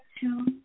two